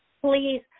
please